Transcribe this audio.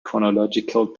chronological